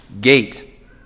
gate